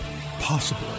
possible